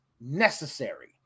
necessary